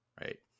Right